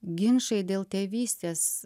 ginčai dėl tėvystės